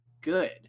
good